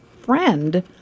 friend